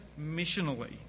missionally